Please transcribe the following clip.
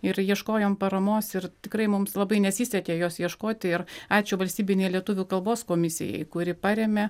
ir ieškojom paramos ir tikrai mums labai nesisekė jos ieškoti ir ačiū valstybinei lietuvių kalbos komisijai kuri parėmė